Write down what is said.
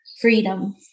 freedom